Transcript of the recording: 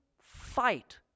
fight